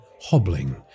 hobbling